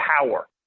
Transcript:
power